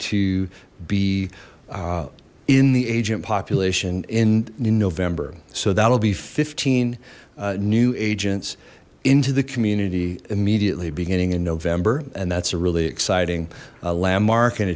to be in the agent population in november so that'll be fifteen new agents into the community immediately beginning in november and that's a really exciting landmark and